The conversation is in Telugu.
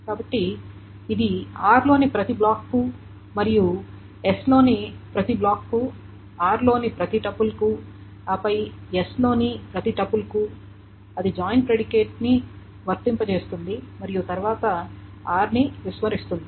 కాబట్టి ఇది r లోని ప్రతి బ్లాక్కు మరియు s లోని ప్రతి బ్లాక్కు r లోని ప్రతి టపుల్కు ఆపై s లోని ప్రతి టపుల్కు అది జాయిన్ ప్రిడికేట్ చేస్తుంది మరియు తర్వాత అది r ని విస్మరిస్తుంది